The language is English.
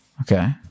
Okay